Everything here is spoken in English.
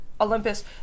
Olympus